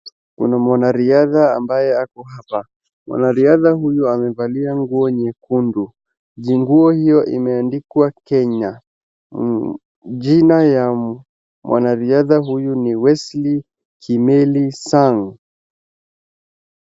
Kuna mwanariadha ambaye ako hapa. Mwanariadha huyu amevalia nguo nyekundu, jinguo hio imeandikwa Kenya. Jina ya mwanariadha huyu ni Wesley Kimeli Sang.